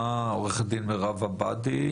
עורכת הדין מרב עבאדי,